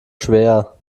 schwer